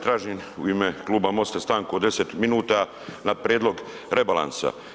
Tražim u ime Kluba Mosta stanku od 10 minuta na prijedlog rebalansa.